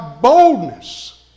boldness